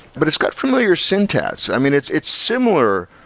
but it's got familiar syntax. i mean, it's it's similar.